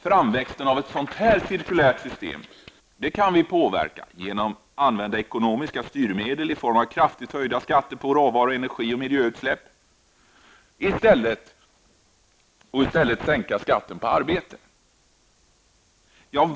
Framväxten av ett sådant cirkulärt system kan vi främja genom att använda ekonomiska styrmedel i form av kraftigt höjda skatter på råvaror och energi och miljöutsläpp och i stället sänka skatten på arbete.